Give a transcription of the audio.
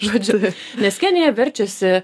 žodžiu nes kenija verčiasi